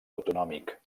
autonòmic